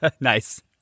Nice